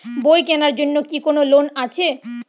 বই কেনার জন্য কি কোন লোন আছে?